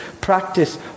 practice